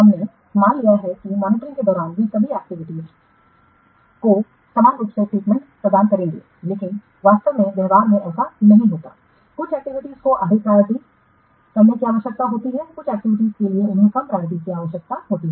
हमने मान लिया है कि मॉनिटरिंग के दौरान वे सभी एक्टिविटीज या एक्टिविटीयों को समान रूप से ट्रीटमेंट प्रदान करेंगे लेकिन वास्तव में व्यवहार में ऐसा नहीं होता है कि कुछ एक्टिविटीयों को अधिक प्रायोरिटी या प्रायोरिटीकरने की आवश्यकता होती है कुछ एक्टिविटीयों के लिए उन्हें कम प्रायोरिटी की आवश्यकता होती है